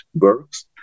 works